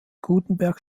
gutenberg